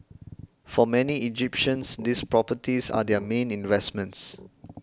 for many Egyptians these properties are their main investments